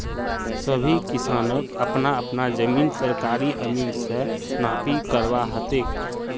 सभी किसानक अपना अपना जमीन सरकारी अमीन स नापी करवा ह तेक